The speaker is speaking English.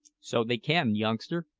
so they can, youngster,